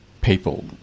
people